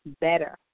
better